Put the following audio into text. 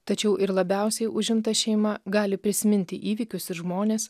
tačiau ir labiausiai užimta šeima gali prisiminti įvykius ir žmones